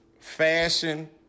Fashion